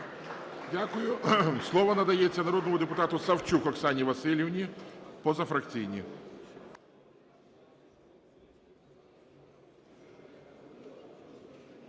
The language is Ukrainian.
Дякую. Слово надається народному депутату Савчук Оксані Василівні,